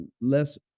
less